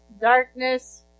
darkness